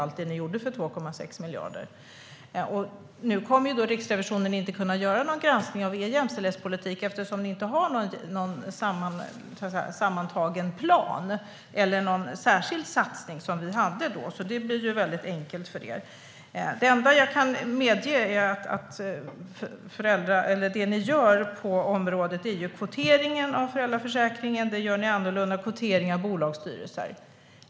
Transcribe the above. Så uppfattar jag inte den här granskningen. Nu kommer Riksrevisionen inte att kunna göra någon granskning av er jämställdhetspolitik, eftersom ni inte har någon sammanhållen plan eller någon särskild satsning som vi hade. Så det blir väldigt enkelt för er. Det ni gör på området är att ni inför en kvotering av föräldraförsäkringen. Sedan inför ni också kvotering i bolagsstyrelser.